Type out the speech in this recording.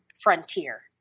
frontier